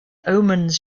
omens